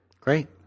Great